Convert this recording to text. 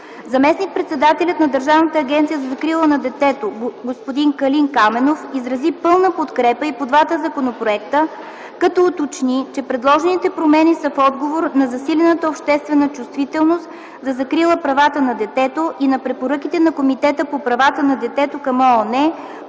Заместник-председателят на Държавната агенция за закрила на детето господин Калин Каменов изрази пълна подкрепа и по двата законопроекта, като уточни, че предложените промени са в отговор на засилената обществена чувствителност за закрила правата на детето и на препоръките на Комитета по правата на детето към ООН